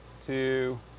two